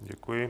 Děkuji.